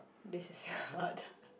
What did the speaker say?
this is hot